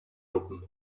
open